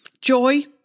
joy